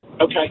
Okay